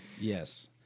Yes